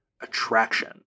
attraction